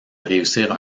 réussir